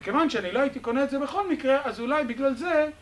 כיוון שאני לא הייתי קונה את זה בכל מקרה, אז אולי בגלל זה...